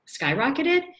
skyrocketed